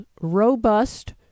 robust